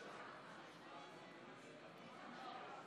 51, נגד, 61. לפיכך, הצעת החוק לא עברה.